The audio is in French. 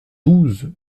douze